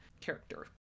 character